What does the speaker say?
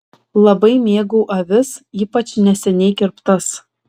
labai mėgau avis ypač neseniai kirptas